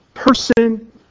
person